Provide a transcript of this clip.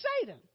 Satan